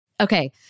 Okay